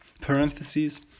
parentheses